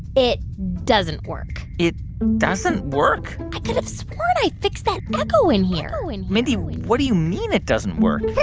it doesn't work it doesn't work? i could've sworn i fixed that echo in here and mindy, what do you mean it doesn't work?